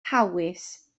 hawys